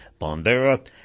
Bondera